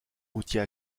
routier